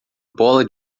bola